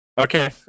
Okay